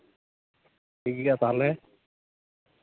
ᱴᱷᱤᱠᱜᱮᱭᱟ ᱛᱟᱦᱚᱞᱮ